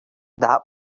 that